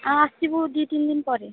ଆସିବୁ ଦୁଇ ତିନି ଦିନ ପରେ